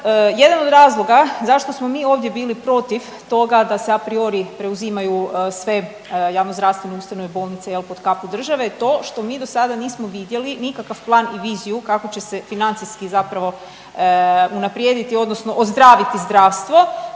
jedan od razloga zašto smo mi ovdje bili protiv toga se a priori preuzimaju sve javnozdravstvene ustanove, bolnice, je li, pod kapu države je to što mi do sada nismo vidjeli nikakav plan i viziju kako će se financijski zapravo unaprijediti odnosno ozdraviti zdravstvo.